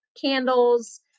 candles